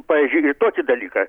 pavyzdžiui tokį dalyką